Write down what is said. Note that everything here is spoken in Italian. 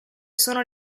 sono